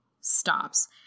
stops